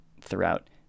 throughout